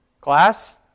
Class